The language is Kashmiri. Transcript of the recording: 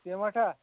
سیٖمَٹ ہَہ